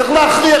צריך להכריע.